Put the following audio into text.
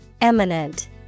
Eminent